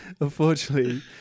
Unfortunately